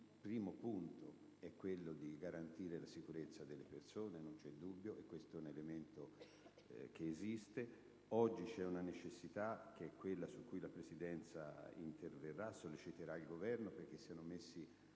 il primo punto è quello di garantire la sicurezza delle persone: non c'è dubbio. Questo è un elemento che esiste. Oggi c'è una necessità su cui la Presidenza interverrà per sollecitare il Governo perché siano messi